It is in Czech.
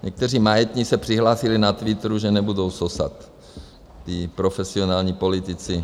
Někteří majetní se přihlásili na Twitteru, že nebudou sosat, ti profesionální politici.